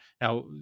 Now